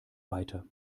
weiter